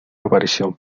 aparición